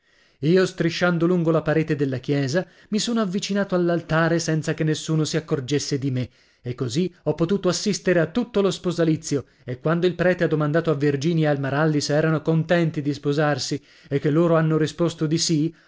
io strisciando lungo la parete della chiesa mi sono avvicinato all'altare senza che nessuno si accorgesse di me e così ho potuto assistere a tutto lo sposalizio e quando il prete ha domandato a virginia e al maralli se erano contenti di sposarsi e che loro hanno risposto di sì